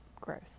gross